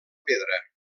pedra